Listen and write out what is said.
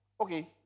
okay